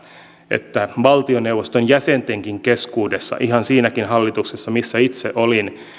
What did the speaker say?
että valtioneuvoston jäsentenkin keskuudessa ihan siinäkin hallituksessa missä itse olin